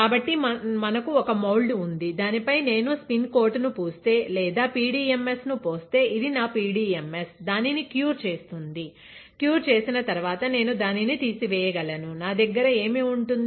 కాబట్టి మనకు ఒక మౌల్డ్ ఉంది దానిపై నేను స్పిన్ కోట్ ను పూస్తే లేదా పిడిఎంఎస్ ను పోస్తే ఇది నా పిడిఎంఎస్ దానిని క్యూర్ చేస్తుంది క్యూర్ చేసిన తరువాత నేను దానిని తీసివేయగలను నా దగ్గర ఏమి ఉంటుంది